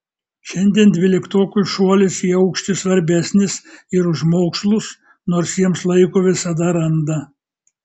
šiandien dvyliktokui šuolis į aukštį svarbesnis ir už mokslus nors jiems laiko visada randa